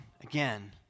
Again